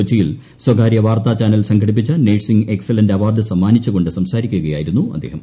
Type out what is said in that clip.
കൊച്ചിയിൽ സ്വകാര്യ വാർത്താ ചാനൽ സംഘടിപ്പിച്ച നേഴ്സിംഗ് എക്സലൻസ് അവാർഡ് സമ്മാനിച്ചുകൊണ്ട് സംസാരിക്കുകയായിരുന്നു അദ്ദേഹം